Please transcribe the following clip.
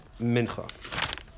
Mincha